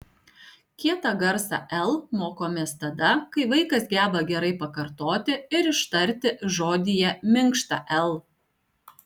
kietą garsą l mokomės tada kai vaikas geba gerai pakartoti ir ištarti žodyje minkštą l